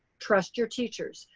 trust your teachers.